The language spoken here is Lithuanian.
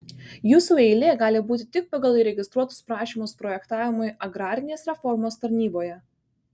jūsų eilė gali būti tik pagal įregistruotus prašymus projektavimui agrarinės reformos tarnyboje